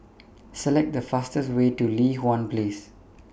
Select The fastest Way to Li Hwan Place